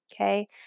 Okay